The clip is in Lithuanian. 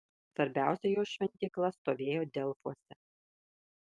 svarbiausia jo šventykla stovėjo delfuose